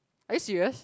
are you serious